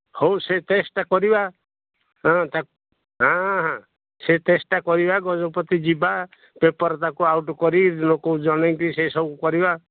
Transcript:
ହଉ ସେ ଚେଷ୍ଟା କରିବା ହଁ ତା ହଁ ହଁ ସେ ଚେଷ୍ଟା କରିବା ଗଜପତି ଯିବା ପେପର୍ ତାକୁ ଆଉଟ୍ କରି ଲୋକ ଜଣାଇକି ସେ ସବୁ କରିବା